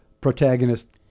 protagonist